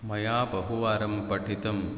मया बहुवारं पठितुम्